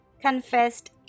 confessed